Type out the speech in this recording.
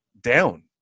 down